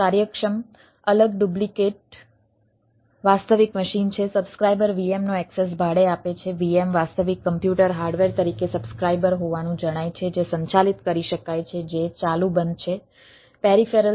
એક કાર્યક્ષમ અલગ ડુપ્લિકેટ દ્વારા કન્ફ્યુગર થાય છે વગેરે